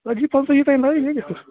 ژَتجی پنٛژہ یِتُے لَوِِ بیٚیہِ کیٛاہ